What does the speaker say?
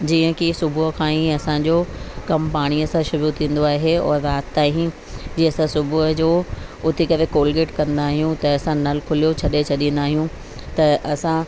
जीअं कि सुबुह खां ही असांजो कम पाणीअ सां शुरू थींदो आहे और रात ताईं जीअं असां सुबुह जो उथी करे कोलगेट कंदा आहियूं त असां नल खुलियो छॾे छॾींदा आहियूं त असां